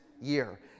year